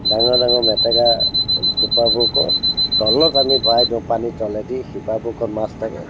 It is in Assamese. ডাঙৰ ডাঙৰ মেটেকা জোপাবোৰকো তললৈ টানি ভৰাই দিওঁ পানীৰ তললৈ দি শিপাবোৰত মাছ থাকে